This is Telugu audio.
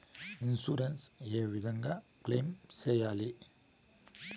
ఇన్సూరెన్సు ఏ విధంగా క్లెయిమ్ సేయాలి?